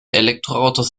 elektroautos